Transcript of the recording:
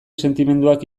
sentimenduak